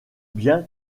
bien